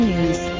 News